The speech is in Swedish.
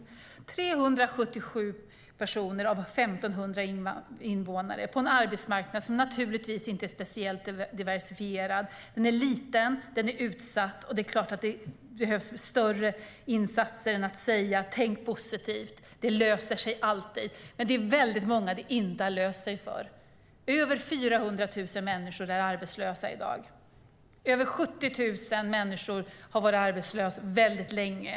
Det gäller 177 personer av 1 500 invånare på en arbetsmarknad som naturligtvis inte är speciellt diversifierad; den är liten och utsatt. Det är klart att det behövs större insatser än att säga tänk positivt, det löser sig alltid. Det är väldigt många det inte har löst sig för. Över 400 000 människor är arbetslösa i dag. Över 70 000 människor har varit arbetslösa väldigt länge.